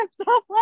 stop